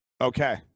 Okay